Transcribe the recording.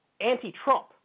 anti-Trump